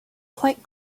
quite